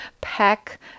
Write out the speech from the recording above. pack